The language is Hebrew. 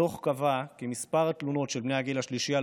הדוח קבע כי מספר התלונות של בני הגיל השלישי על